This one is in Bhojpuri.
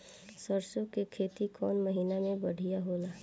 सरसों के खेती कौन महीना में बढ़िया होला?